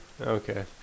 Okay